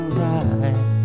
right